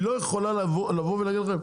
היא לא יכולה לבוא ולהגיד לכם,